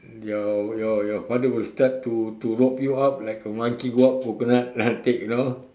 your your your father will start to to rope you out like a monkey go up coconut and take you know